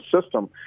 system